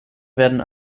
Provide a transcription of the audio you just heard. werden